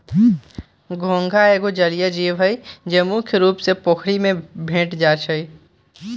घोंघा एगो जलिये जीव हइ, जे मुख्य रुप से पोखरि में भेंट जाइ छै